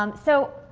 um so,